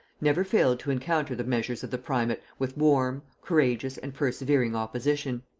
never failed to encounter the measures of the primate with warm, courageous, and persevering opposition.